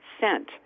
sent